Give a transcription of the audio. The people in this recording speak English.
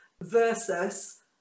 versus